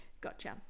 Gotcha